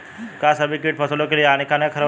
का सभी कीट फसलों के लिए हानिकारक हवें?